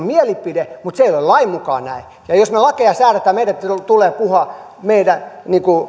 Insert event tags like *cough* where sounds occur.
*unintelligible* mielipiteenne mutta se ei ole lain mukaan näin ja jos me lakeja säädämme meidän tulee puhua meidän